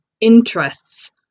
interests